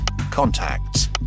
contacts